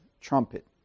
trumpet